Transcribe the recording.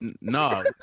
no